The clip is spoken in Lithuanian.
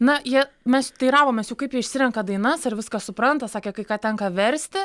na jie mes teiravomės jų kaip išsirenka dainas ar viską supranta sakė kai ką tenka versti